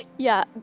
yeah,